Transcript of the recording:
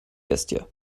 bestie